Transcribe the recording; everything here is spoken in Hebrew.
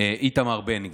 איתמר בן גביר.